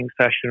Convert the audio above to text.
session